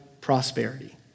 prosperity